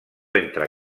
entre